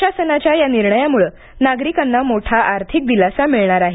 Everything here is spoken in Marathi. प्रशासनाच्या या निर्णयामुळं नागरिकांना मोठा आर्थिक दिलासा मिळणार आहे